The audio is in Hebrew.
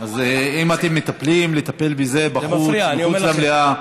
אז אם אתם מטפלים, לטפל בזה בחוץ, מחוץ למליאה.